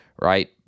right